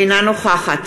אינה נוכחת